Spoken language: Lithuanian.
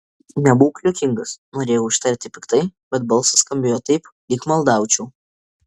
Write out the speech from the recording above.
nebūk juokingas norėjau ištarti piktai bet balsas skambėjo taip lyg maldaučiau